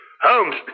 Holmes